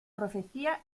profecía